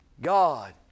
God